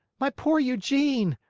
my poor eugene!